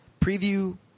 preview